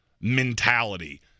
mentality